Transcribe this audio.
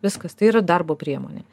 viskas tai yra darbo priemonė